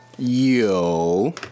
Yo